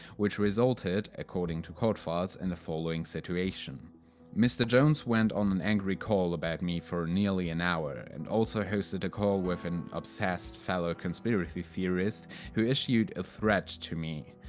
which resulted according to court files in the following situation mr. jones went on an angry rant about me for nearly an hour and also hosted a call with an obsessed fellow conspiracy theorist who issued a threat to me.